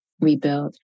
rebuild